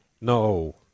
no